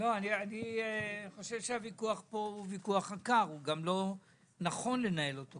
אני חושב שהוויכוח פה הוא ויכוח עקר ולא נכון לנהל אותו.